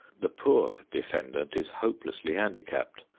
the poor defendant is hopelessly handicapped.